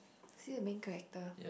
is he the main character